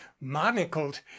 monocled